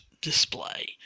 display